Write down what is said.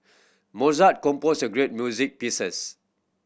Mozart composed a great music pieces